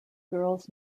girls